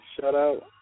shout-out